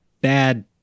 bad